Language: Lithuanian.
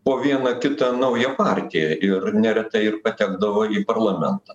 po vieną kitą naują partiją ir neretai ir patekdavo į parlamentą